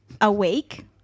awake